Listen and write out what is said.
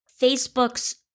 Facebook's